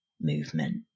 movement